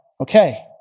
okay